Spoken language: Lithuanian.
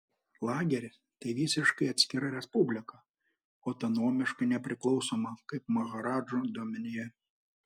lageris tai visiškai atskira respublika autonomiškai nepriklausoma kaip maharadžų dominija